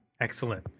Excellent